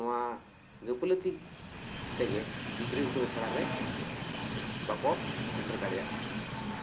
ᱱᱚᱣᱟ ᱜᱟᱹᱯᱞᱟᱹᱛᱤ ᱛᱮᱜᱮ ᱜᱤᱫᱽᱨᱟᱹ ᱤᱛᱩᱱ ᱟᱥᱲᱟ ᱨᱮ ᱵᱟᱠᱚ ᱥᱮᱴᱮᱨ ᱫᱟᱲᱮᱭᱟᱜ ᱠᱟᱱᱟ